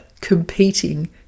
competing